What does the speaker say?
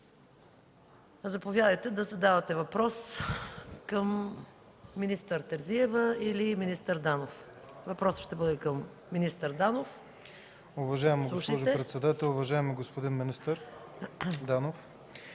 Заповядайте, за да зададете въпрос към министър Терзиева или министър Данов. Въпросът ще бъде към министър Данов. ПАВЕЛ ГУДЖЕРОВ (ГЕРБ): Уважаема госпожо председател, уважаеми господин министър Данов!